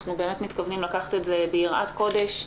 ואנחנו באמת מתכוונים לקחת את זה ביראת קודש,